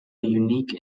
unique